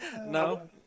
No